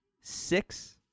six